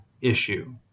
issue